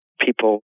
people